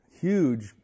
huge